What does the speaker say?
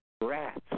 rats